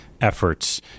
efforts